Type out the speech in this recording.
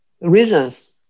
reasons